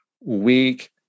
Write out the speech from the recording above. weak